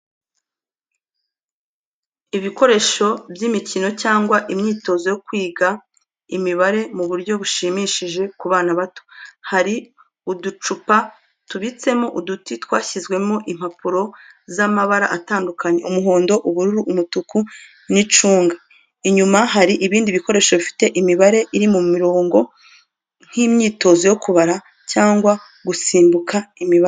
Ibikoresho by’imikino cyangwa imyitozo yo kwiga imibare mu buryo bushimishije ku bana bato. Hari uducupa tubitsemo uduti twashyizwemo impapuro z’amabara atandukanye, umuhondo, ubururu, umutuku, n’icunga. Inyuma hari ibindi bikoresho bifite imibare iri mu murongo nk’imyitozo yo kubara cyangwa gusimbuka imibare.